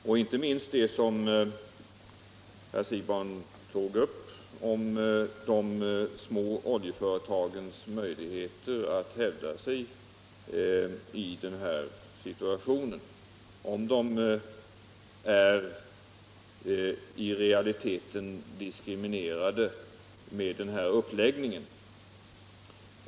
Inte minst gäller detta det spörsmål som herr Siegbahn tog upp om de små oljeföretagens möjligheter att hävda sig i den här situationen och huruvida de i realiteten diskrimineras genom den nuvarande uppläggningen.